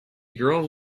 girl